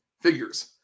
figures